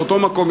לאותו מקום,